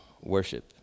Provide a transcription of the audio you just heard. worship